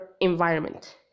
environment